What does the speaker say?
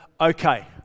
okay